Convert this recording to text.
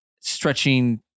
stretching